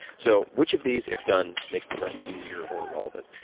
so which of these if done makes the rest easy or or irrelevant?